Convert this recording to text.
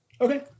Okay